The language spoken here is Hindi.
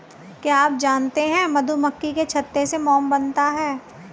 क्या आप जानते है मधुमक्खी के छत्ते से मोम बनता है